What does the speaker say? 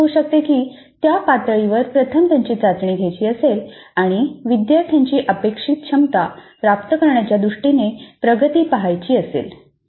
हे असे होऊ शकते की त्या त्या पातळीवर प्रथम त्यांची चाचणी घ्यायची असेल आणि विद्यार्थ्यांची अपेक्षित क्षमता प्राप्त करण्याच्या दृष्टीने प्रगती पहायची असेल